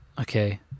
Okay